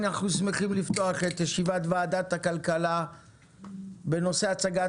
אנחנו שמחים לפתוח את ישיבת ועדת הכלכלה בנושא: הצעת